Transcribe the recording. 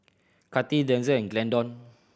Kati Denzel and Glendon